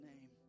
name